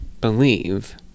believe